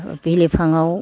बिलिफां आव